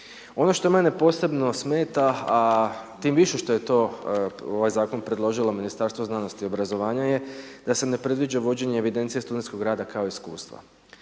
Ono što mene posebno smeta, a tim više što je to, ovaj Zakon predložilo Ministarstvo znanosti i obrazovanja je, da se ne predviđa vođenje evidencije studentskog rada kao iskustva.